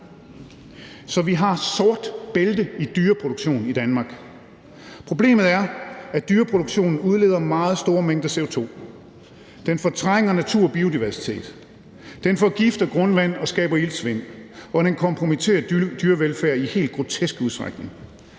Så vi har det sorte bælte i dyreproduktion i Danmark. Problemet er, at dyreproduktion udleder meget store mængder CO2. Den fortrænger natur og biodiversitet, den forgifter grundvand og skaber iltsvind, og den kompromitterer dyrevelfærd i helt grotesk udstrækning.